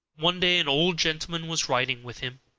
one day an old gentleman was riding with him,